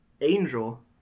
Angel